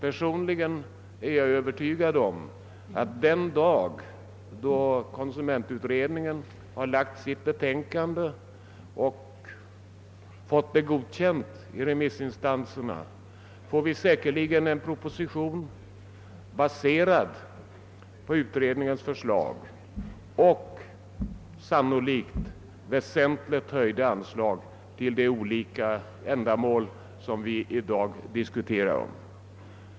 Personligen är jag övertygad om att den dag, då konsumentutredningen har framlagt sitt betänkande och fått detta godkänt av remissinstanserna, får vi säkerligen en proposition, baserad på utredningens förslag och — sannolikt — väsentligt höjda anslag till de olika ändamål som vi i dag diskuterar.